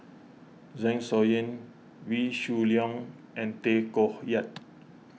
Zeng Shouyin Wee Shoo Leong and Tay Koh Yat